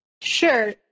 Sure